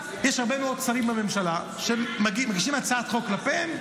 יש הרבה מאוד שרים בממשלה שמגישים הצעת חוק כלפיהם,